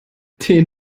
den